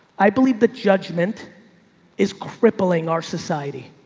i believe that judgment is crippling our society.